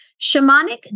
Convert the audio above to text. shamanic